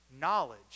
Knowledge